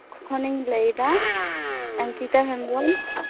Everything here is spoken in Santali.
ᱠᱷᱚᱱᱤᱧ ᱞᱟᱹᱭᱫᱟ ᱚᱝᱠᱤᱛᱟ ᱦᱮᱢᱵᱽᱨᱚᱢ